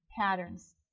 patterns